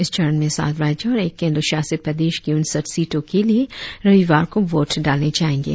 इस चरण में सात राज्यों और एक केंद्र शासित प्रदेश की उनसठ सीटों के लिए रविवार को वोट डाले जाएंगे